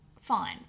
Fine